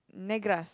Negras